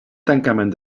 tancament